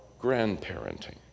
grandparenting